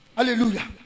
Hallelujah